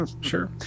sure